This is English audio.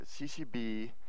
CCB